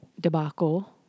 debacle